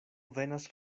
venas